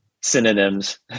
synonyms